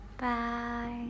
bye